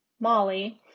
Molly